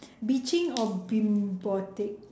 bitching or bimbotic